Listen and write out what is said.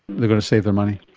they're going to save their money.